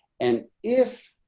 and if